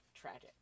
Tragic